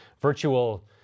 virtual